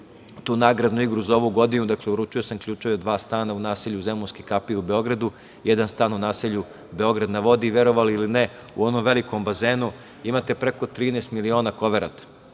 tu nagradnu igru za ovu godinu. Dakle, uručio sam ključeve dva stana u naselju „Zemunske kapije“ u Beogradu, jedan stan u naselju „Beograd na vodi“. Verovali ili ne, u onom velikom bazenu imate preko 13 miliona koverata.